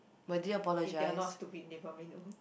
if if if they're not stupid they probably know